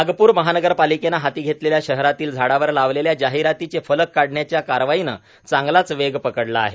नागपूर महानगरपालिकेने हाती घेतलेल्या शहरातील झाडांवर लागलेल्या जाहिरातींचे फलक काढण्याच्या कारवाईने चांगलाच वेग पकडला आहे